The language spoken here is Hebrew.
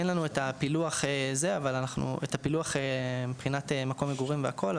אין לנו את הפילוח מבחינת מקום מגורים והכול,